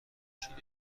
چیره